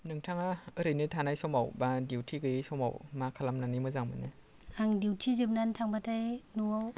नोंथाङा ओरैनो थानाय समाव बा डिउटि गैयै समाव मा खालामनानै मोजां मोनो आं डिउटि जोबनानै थांबाथाय न'आव